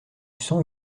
sang